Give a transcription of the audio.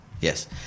Yes